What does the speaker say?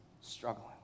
struggling